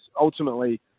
ultimately